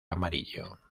amarillo